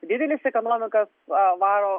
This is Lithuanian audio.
dideles ekonomikas a varo